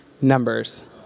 numbers